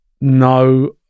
No